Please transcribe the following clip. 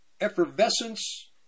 effervescence